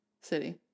City